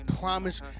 promise